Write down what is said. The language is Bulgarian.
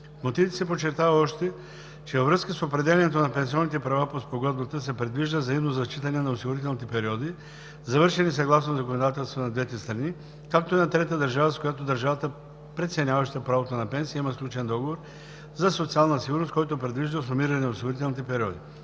мотивите се подчертава още, че във връзка с определянето на пенсионните права по Спогодбата се предвижда взаимно зачитане на осигурителните периоди, завършени съгласно законодателствата на двете страни, както и на трета държава, с която държавата, преценяваща правото на пенсия, има сключен договор за социална сигурност, който предвижда сумиране на осигурителни периоди.